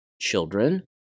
Children